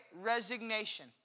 Resignation